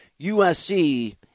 USC